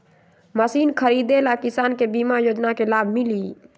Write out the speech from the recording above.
Machine खरीदे ले किसान के बीमा योजना के लाभ मिली?